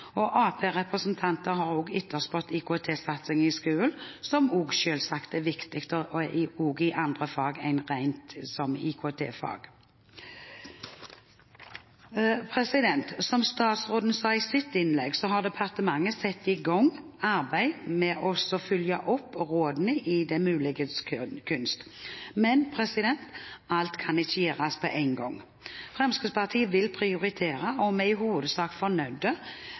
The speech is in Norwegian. viktig også i andre fag enn i et rent IKT-fag. Som statsråden sa i sitt innlegg, har departementet satt i gang arbeidet med å følge opp rådene i Det muliges kunst. Men alt kan ikke gjøres på en gang. Fremskrittspartiet vil prioritere, og vi er i hovedsak